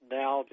now